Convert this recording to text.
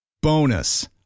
Bonus